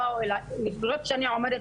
למרות שאני עומדת,